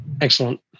Excellent